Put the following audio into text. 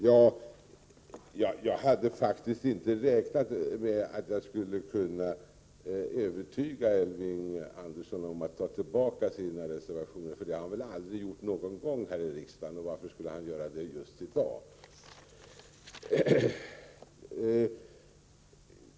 Jag hade faktiskt inte räknat med att jag skulle kunna övertyga Elving Andersson om att han bör ta tillbaka sina yrkanden. Det har han väl aldrig gjort någon gång här i riksdagen, så varför skulle han göra det just i dag?